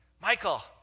Michael